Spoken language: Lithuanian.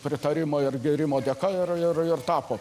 pritarimo ir gyrimo dėka ir ir ir tapo